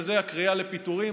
וזה הקריאה לפיטורים.